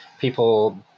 people